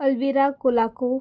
Alvira कुलाकू